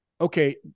Okay